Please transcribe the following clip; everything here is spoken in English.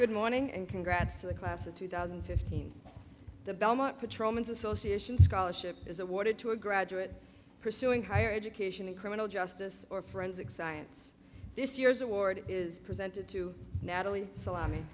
good morning and congrats to the class of two thousand and fifteen the belmont patrolmen's association scholarship is awarded to a graduate pursuing higher education in criminal justice or forensic science this year's award is presented to natalie salami